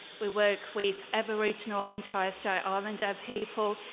we work with aboriginal and torres strait islander people.